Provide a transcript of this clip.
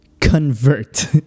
convert